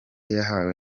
yahawe